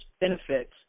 benefits